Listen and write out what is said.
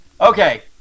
Okay